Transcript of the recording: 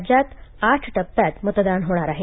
राज्यात आठ टप्प्यातमतदान होणार आहे